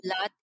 lot